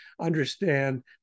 understand